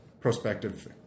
prospective